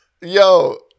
yo